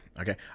Okay